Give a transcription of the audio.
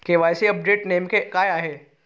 KYC update नेमके काय आहे?